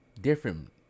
different